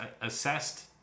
assessed